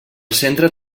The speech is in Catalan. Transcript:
centre